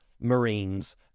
Marines